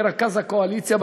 כרכז הקואליציה,